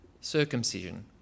circumcision